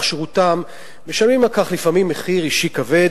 שירותם משלמים על כך לפעמים מחיר אישי כבד,